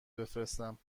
بفرستم